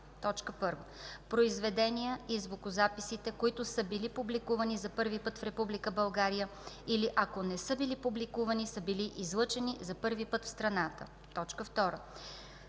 на: 1. произведенията и звукозаписите, които са били публикувани за първи път в Република България, или ако не са били публикувани, са били излъчени за първи път в страната; 2.